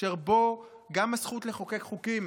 אשר בו גם הזכות לחוקק חוקים